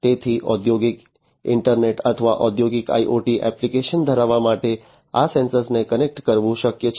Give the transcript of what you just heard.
તેથી ઔદ્યોગિક ઇન્ટરનેટ અથવા ઔદ્યોગિક IoT એપ્લિકેશન્સ ધરાવવા માટે આ સેન્સર્સને કનેક્ટ કરવું શક્ય છે